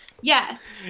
yes